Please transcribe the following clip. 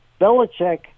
Belichick